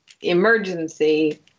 Emergency